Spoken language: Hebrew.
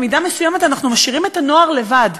במידה מסוימת אנחנו משאירים את הנוער לבד.